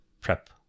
prep